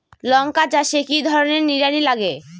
লঙ্কা চাষে কি ধরনের নিড়ানি লাগে?